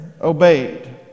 obeyed